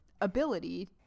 ability